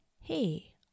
hey